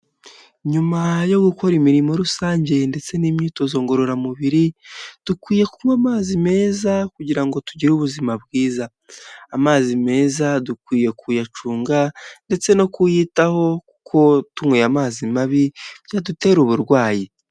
Nyuma yo gukora imirimo rusange ndetse n'imyitozo ngororamubiri, dukwiye kunywa amazi meza kugira ngo tugire ubuzima bwiza, amazi meza dukwiye kuyacunga ndetse no kuyitaho kuko tunyweye amazi mabi byadutera uburwayi.